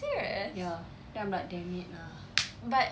ya then I'm like damn it lah